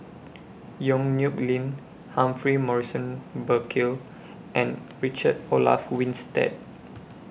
Yong Nyuk Lin Humphrey Morrison Burkill and Richard Olaf Winstedt